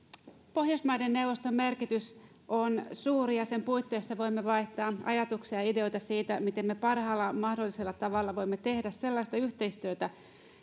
pohjoismaiden neuvoston merkitys on suuri ja sen puitteissa voimme vaihtaa ajatuksia ja ideoita siitä miten me parhaalla mahdollisella tavalla voimme tehdä sellaista yhteistyötä